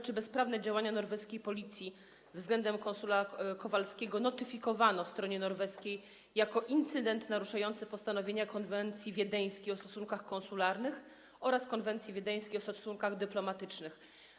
Czy bezprawne działania norweskiej policji względem konsula Kowalskiego notyfikowano stronie norweskiej jako incydent naruszający postanowienia konwencji wiedeńskiej o stosunkach konsularnych oraz o stosunkach dyplomatycznych.